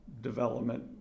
development